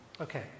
Okay